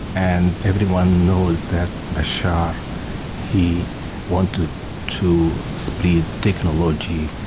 and everyone knows that bashar he wanted to spread technology,